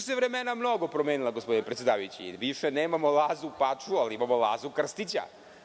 se vremena mnogo promenila, gospodine predsedavajući. Više nemamo Lazu Pačua, ali imamo Lazu Krstića.